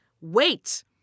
Wait